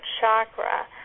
chakra